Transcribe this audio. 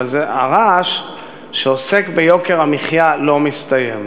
אבל הרעש שעוסק ביוקר המחיה לא מסתיים.